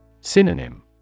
Synonym